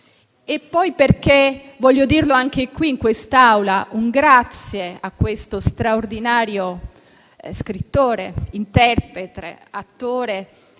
sopravvissuti. Voglio dire, anche qui in quest'Aula, un grazie a questo straordinario scrittore, interprete e attore,